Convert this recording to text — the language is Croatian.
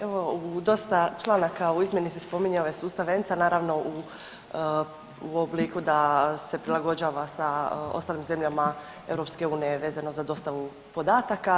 Evo u dosta članaka u izmjeni se spominje ovaj sustav ENC-a naravno u obliku da se prilagođava sa ostalim zemljama EU vezano za dostavu podataka.